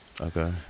Okay